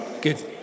Good